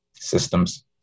Systems